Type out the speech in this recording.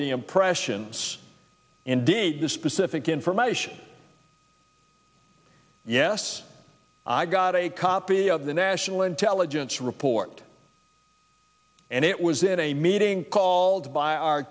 the impressions and did the specific information yes i got a copy of the national intelligence report and it was in a meeting called by our